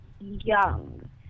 young